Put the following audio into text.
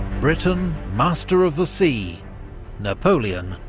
britain, master of the sea napoleon,